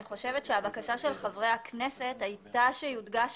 אני חושבת שהבקשה של חברי הכנסת הייתה שיודגש